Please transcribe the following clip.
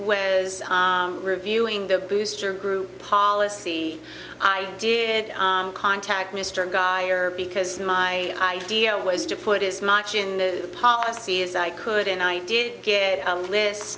was reviewing the booster group policy i did contact mr guy or because my idea was to put as much in the policy as i could and i did get a list